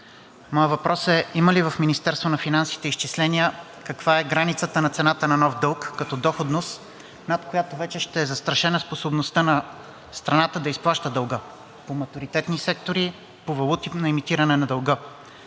Моят въпрос е: има ли в Министерството на финансите изчисления каква е границата на цената на нов дълг като доходност, над която вече ще е застрашена способността на страната да изплаща дълга по матуритетни сектори по валутите на емитиране на дълга?